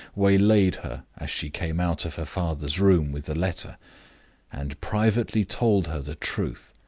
waylaid her as she came out of her father's room with the letter and privately told her the truth.